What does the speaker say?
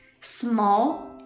small